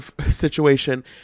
situation